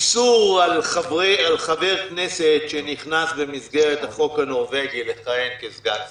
איסור על חבר כנסת שנכנס במסגרת החוק הנורווגי לכהן כסגן שר,